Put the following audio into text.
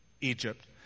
Egypt